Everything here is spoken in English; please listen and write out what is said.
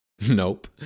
Nope